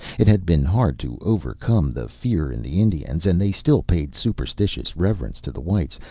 it had been hard to overcome the fear in the indians, and they still paid superstitious reverence to the whites,